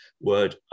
word